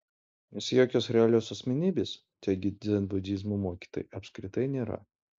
nes jokios realios asmenybės teigia dzenbudizmo mokytojai apskritai nėra